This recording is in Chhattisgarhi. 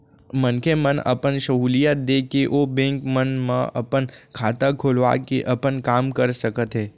मनखे मन अपन सहूलियत देख के ओ बेंक मन म अपन खाता खोलवा के अपन काम कर सकत हें